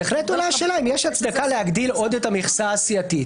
בהחלט עולה השאלה אם יש הצדקה להגדיל עוד את המכסה הסיעתית.